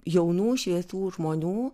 jaunų šviesių žmonių